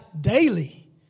daily